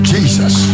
Jesus